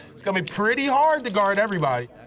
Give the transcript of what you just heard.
it's gonna be pretty hard to guard everybody.